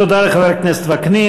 תודה לחבר הכנסת וקנין.